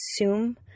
assume